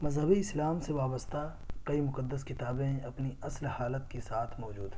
مذہب اسلام سے وابستہ کئی مقدس کتابیں اپنی اصل حالت کے ساتھ موجود ہیں